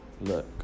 look